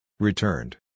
Returned